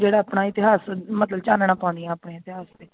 ਜਿਹੜਾ ਆਪਣਾ ਇਤਿਹਾਸ ਮਤਲਬ ਚਾਨਣਾ ਪਾਉਂਦੀਆਂ ਆਪਣੇ ਇਤਿਹਾਸ ਵਿੱਚ